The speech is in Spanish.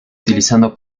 utilizando